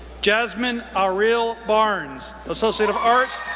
jasmine arille barnes, associate of arts,